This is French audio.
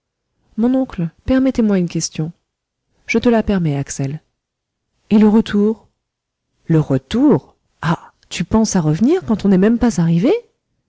mon oncle permettez-moi une question je te la permets axel et le retour le retour ah tu penses à revenir quand on n'est même pas arrivé